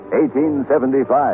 1875